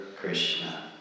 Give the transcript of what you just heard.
Krishna